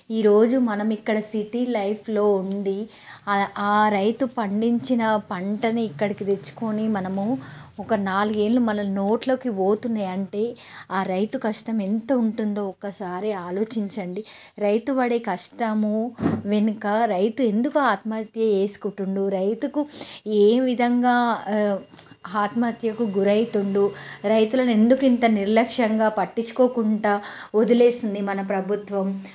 ఈరోజు మనం ఇక్కడ సిటీ లైఫ్లో ఉండి ఆ రైతు పండించిన పంటని ఇక్కడికి తెచ్చుకొని మనము ఒక నాలుగు వేళ్ళు మన నోట్లోకి పోతున్నాయి అంటే ఆ రైతు కష్టం ఎంత ఉంటుందో ఒక్కసారి ఆలోచించండి రైతు పడే కష్టము వెనుక రైతు ఎందుకు ఆత్మహత్య చేసుకుంటున్నాడు రైతుకు ఏ విధంగా ఆత్మహత్యకు గురవుతున్నాడు రైతులను ఎందుకు ఇంత నిర్లక్ష్యంగా పట్టించుకోకుండా వదిలేసింది మన ప్రభుత్వం